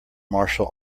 martial